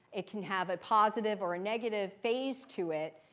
it can have a positive or a negative phase to it.